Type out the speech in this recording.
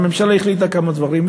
והממשלה החליטה כמה דברים,